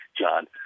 John